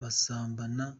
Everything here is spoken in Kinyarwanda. basambana